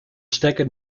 stekker